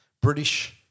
British